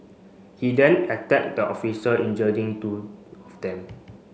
he then attacked the officer injuring two of them